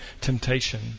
temptation